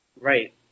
Right